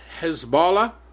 Hezbollah